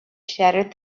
shattered